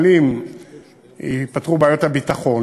אבל אם ייפתרו בעיות הביטחון,